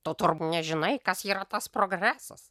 tu turbūt nežinai kas yra tas progresas